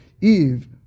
Eve